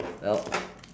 well